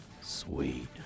Sweet